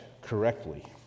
correctly